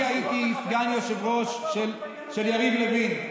אני הייתי סגן יושב-ראש של יריב לוין,